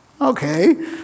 Okay